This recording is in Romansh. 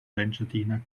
l’engiadina